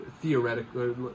theoretically